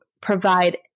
provide